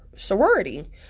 sorority